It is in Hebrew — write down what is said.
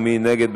ומי נגד?